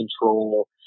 control